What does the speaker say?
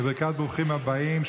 בברכת ברוכים הבאים.